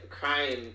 crying